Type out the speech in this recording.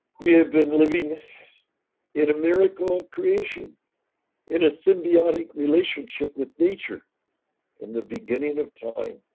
we have been living in a miracle of creation in a symbiotic relationship with nature from the beginning of time.